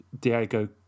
Diego